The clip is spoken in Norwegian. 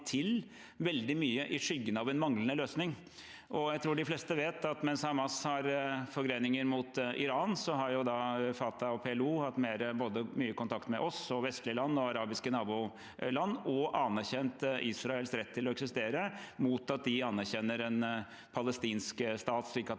til i skyggen av en manglende løsning. Jeg tror de fleste vet at mens Hamas har forgreninger mot Iran, har Fatah og PLO hatt mye kontakt med både oss, vestlige land og arabiske naboland og har anerkjent Israels rett til å eksistere, mot at de anerkjenner en palestinsk stat, slik at